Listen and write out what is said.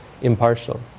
impartial